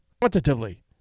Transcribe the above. quantitatively